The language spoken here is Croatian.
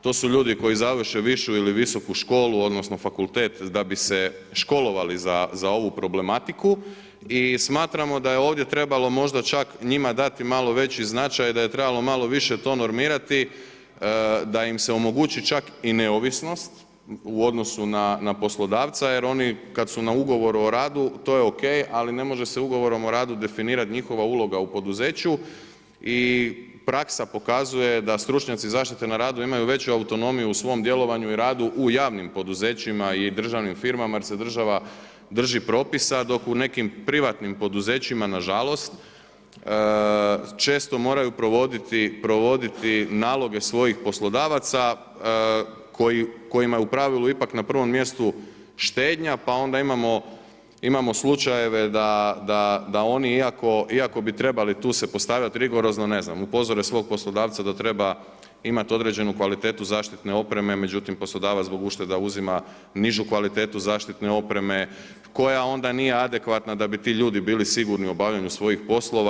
To su ljudi koji završe višu ili visoku školu, odnosno fakultet da bi se školovali za ovu problematiku i smatramo da je ovdje trebalo možda čak njima dati malo veći značaj, da je trebalo malo više to normirati da im se omogući čak i neovisnost u odnosu na poslodavca, jer oni kad su na ugovoru o radu, to je ok, ali ne može se ugovorom o radu definirat njihova uloga u poduzeću i praksa pokazuje da stručnjaci zaštite na radu imaju veću autonomiju u svom djelovanju i radu u javnim poduzećima i državnim firmama je se država drži propisa, dok u nekim privatnim poduzećima, nažalost, često moraju provoditi naloge svojih poslodavaca kojima u pravilu ipak na prvom mjestu štednja, pa onda imamo slučajeve da oni iako bi trebali tu se postavljat rigorozno, ne znam, upozore svog poslodavca da treba imat određenu kvalitetu zaštitne opreme, međutim poslodavac zbog uštede uzima nižu kvalitetu zaštitne opreme koja onda nije adekvatna da bi ti ljudi bili sigurni u obavljanju svojih poslova.